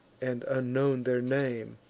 and unknown their name.